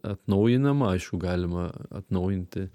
atnaujinama aišku galima atnaujinti